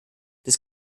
das